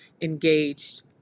engaged